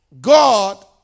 God